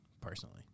personally